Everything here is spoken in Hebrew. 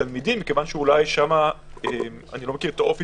התלמידים אני לא מכיר את האופי